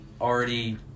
already